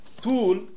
tool